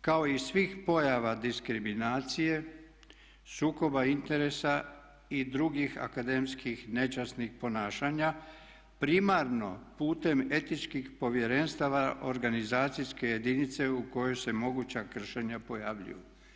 kao i svih pojava diskriminacije, sukoba interesa i drugih akademskih nečasnih ponašanja primarno putem etičkih povjerenstava organizacijske jedinice u kojoj se moguća kršenja pojavljuju.